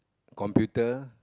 computer